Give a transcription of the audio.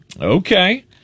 Okay